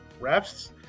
refs